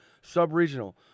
Sub-Regional